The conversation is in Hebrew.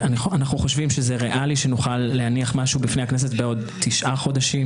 חושבים שזה ריאלי שנוכל להניח משהו בפני הכנסת בעוד תשעה חודשים,